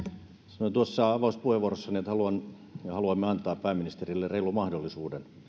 sanoin tuossa avauspuheenvuorossani että haluan ja haluamme antaa pääministerille reilun mahdollisuuden